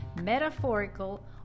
metaphorical